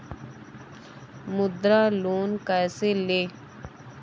मुद्रा लोन कैसे ले?